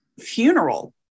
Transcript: funeral